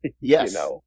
Yes